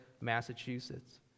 Massachusetts